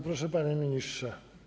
Proszę, panie ministrze.